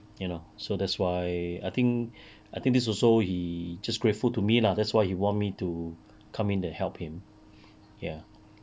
you know so that's why I think I think this also he just grateful to me lah that's why he want me to come in to help him ya